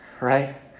right